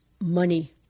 money